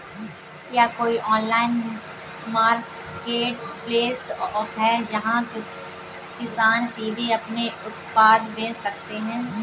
क्या कोई online marketplace है जहाँ किसान सीधे अपने उत्पाद बेच सकते हैं?